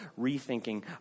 rethinking